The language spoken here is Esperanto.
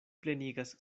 plenigas